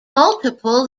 multiple